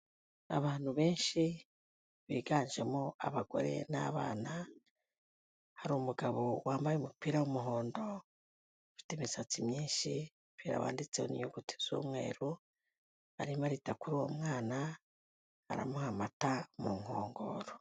Abantu benshi biganjemo abagore n'abana, hari umugabo wambaye umupira w'umuhondo, ufite imisatsi myinshi, umupira wanditseho n'inyuguti z'umweru, arimo arita kuri uwo mwana, aramuha amata mu nkongoro.